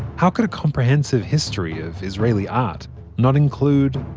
how could a comprehensive history of israeli art not include,